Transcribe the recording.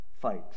fights